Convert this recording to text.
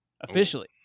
officially